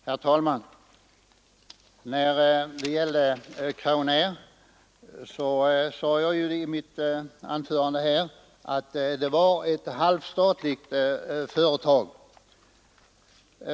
Herr talman! När det gällde Crownair sade jag i mitt anförande att det var ett halvstatligt företag.